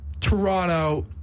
Toronto